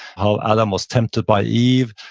how adam was tempted by eve,